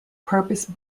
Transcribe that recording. purpose